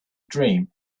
dream